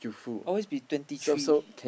always be twenty three